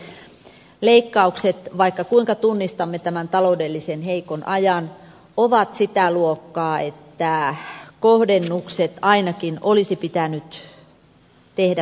nimittäin leikkaukset vaikka kuinka tunnistamme tämän taloudellisesti heikon ajan ovat sitä luokkaa että kohdennukset ainakin olisi pitänyt tehdä toisella tavalla